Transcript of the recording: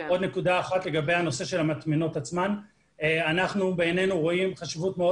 לגבי המטמנות אנחנו רואים חשיבות מאוד